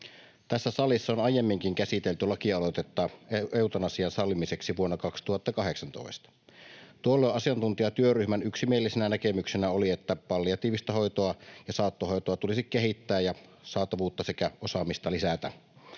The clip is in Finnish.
Tässä salissa on aiemminkin käsitelty lakialoitetta eutanasian sallimiseksi vuonna 2018. Tuolloin asiantuntijatyöryhmän yksimielisenä näkemyksenä oli, että palliatiivista hoitoa ja saattohoitoa tulisi kehittää ja saatavuutta sekä osaamista lisätä,